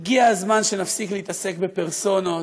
הגיע הזמן שנפסיק להתעסק בפרסונות,